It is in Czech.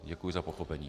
Děkuji za pochopení.